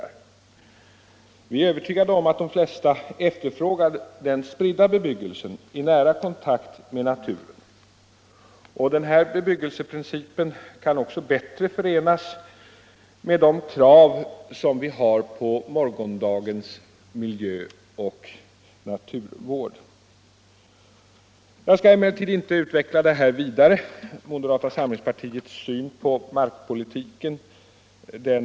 Vi moderater är övertygade om att de flesta efterfrågar den spridda bebyggelsen i nära kontakt med naturen. Den bebyggelseprincipen kan också bättre förenas med de krav vi ställer på morgondagens miljöoch naturvård. Jag skall emellertid inte utveckla moderata samlingspartiets syn på markpolitiken vidare.